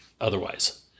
otherwise